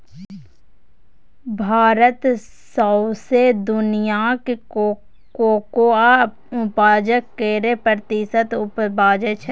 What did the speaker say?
भारत सौंसे दुनियाँक कोकोआ उपजाक केर एक प्रतिशत उपजाबै छै